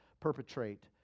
perpetrate